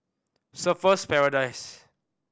Surfer's Paradise